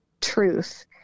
truth